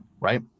right